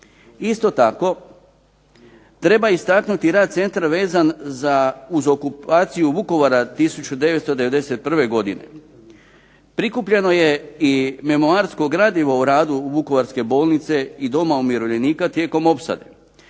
Isto tako treba istaknuti rad centra vezan uz okupaciju Vukovara 1991. godine. Prikupljeno je i memoarsko gradivo o radu Vukovarske bolnice i Doma umirovljenika tijekom opsade.